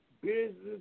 business